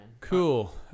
Cool